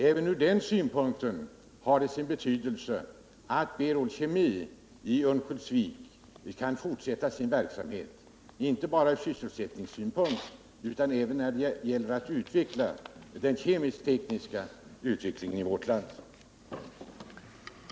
Även när det gäller att utveckla den kemisk-tekniska forskningen i vårt land skulle denna fabrik kunna spela en väsentlig roll.